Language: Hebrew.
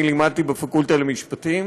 אני לימדתי בפקולטה למשפטים.